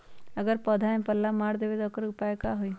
अगर पौधा में पल्ला मार देबे त औकर उपाय का होई?